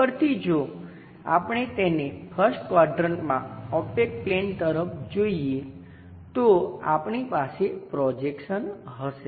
ઉપરથી જો આપણે તેને 1st ક્વાડ્રંટમાં ઓપેક પ્લેન તરફ જોઈએ તો આપણી પાસે પ્રોજેક્શન હશે